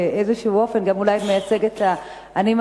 באיזשהו אופן אולי זה גם מייצג את ה"אני